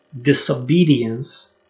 Disobedience